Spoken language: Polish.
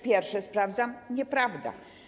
Pierwsze sprawdzam - nieprawda.